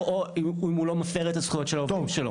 או אם הוא לא מפר את הזכויות של העובדים שלו.